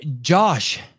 Josh